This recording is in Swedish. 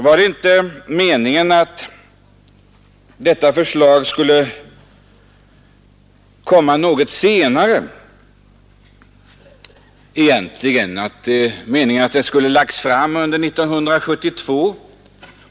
Var det inte också meningen att detta förslag egentligen skulle läggas fram något senare, under 1972?